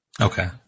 Okay